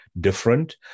different